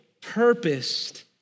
purposed